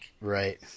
Right